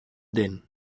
denn